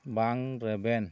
ᱵᱟᱝ ᱨᱮᱵᱮᱱ